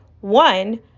one